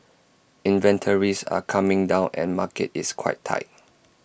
inventories are coming down and market is quite tight